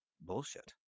bullshit